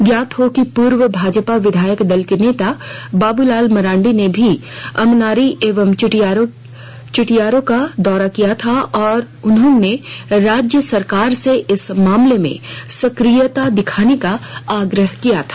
ज्ञात हो कि पूर्व भाजपा विधायक दल के नेता बाबूलाल मरांडी ने भी अमनारी एवं चुटियारो का दौरा किया था और उन्होंने राज्य सरकार से इस मामले में सक्रियता दिखाने का आग्रह किया था